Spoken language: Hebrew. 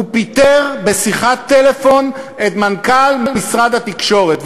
הוא פיטר בשיחת טלפון את מנכ"ל משרד התקשורת.